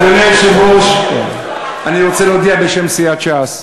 אדוני היושב-ראש, אני רוצה להודיע בשם סיעת ש"ס: